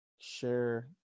share